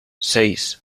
seis